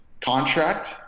contract